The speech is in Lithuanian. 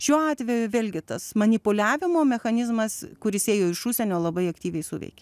šiuo atveju vėlgi tas manipuliavimo mechanizmas kuris ėjo iš užsienio labai aktyviai suveikė